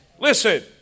Listen